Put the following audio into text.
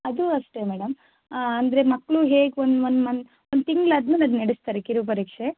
ಅದೂ ಅಷ್ಟೇ ಮೇಡಮ್ ಅಂದರೆ ಮಕ್ಕಳು ಹೇಗೆ ಒಂದು ಒಂದು ಮಂತ್ ಒಂದು ತಿಂಗಳಾದ್ಮೇಲೆ ಅದು ನಡಸ್ತಾರೆ ಕಿರುಪರೀಕ್ಷೆ